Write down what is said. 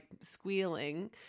squealing